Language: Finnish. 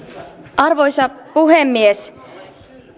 arvoisa puhemies